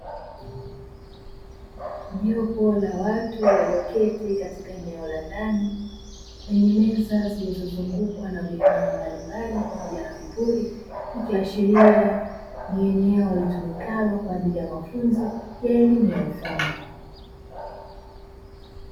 Jopo la watu walioketi katika eneo la ndani lenye meza zilizozungukwa na vifaa mbalimbali pamoja na vipuri, ikiashiria ni eneo litumikalo kwa ajili ya mafunzo ya elimu ya ufundi